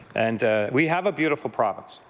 and we have a beautiful province.